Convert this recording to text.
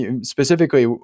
Specifically